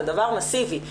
זה דבר מסיבי.